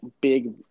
big